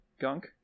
gunk